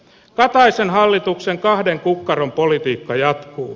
kataisen hallituksen kahden kukkaron politiikka jatkuu